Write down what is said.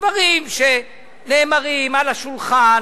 דברים שנאמרים, על השולחן.